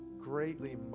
greatly